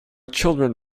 children